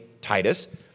Titus